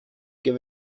give